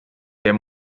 der